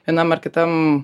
vienam ar kitam